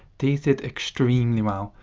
these did extremely well,